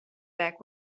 back